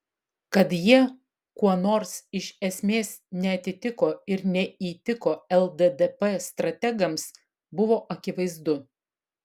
kad jie kuo nors iš esmės neatitiko ir neįtiko lddp strategams buvo akivaizdu